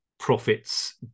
profits